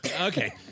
Okay